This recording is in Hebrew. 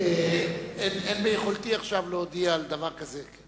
אין ביכולתי להודיע עכשיו על דבר כזה.